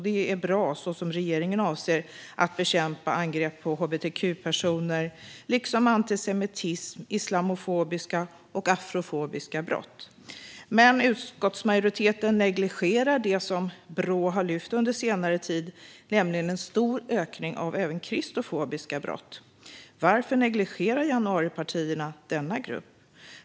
Det är bra att så som regeringen avser bekämpa angrepp på hbtq-personer liksom antisemitism och islamofobiska och afrofobiska brott. Men utskottsmajoriteten negligerar det som Brå har lyft fram under senare tid, nämligen en stor ökning av även kristofobiska brott. Varför negligerar januaripartierna denna grupp?